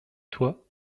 toi